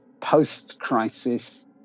post-crisis